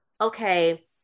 okay